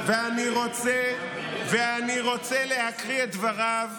ואני רוצה להקריא את דבריו,